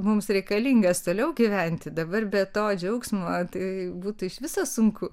mums reikalingas toliau gyventi dabar be to džiaugsmo tai būtų iš viso sunku